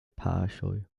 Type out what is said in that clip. paŝoj